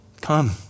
Come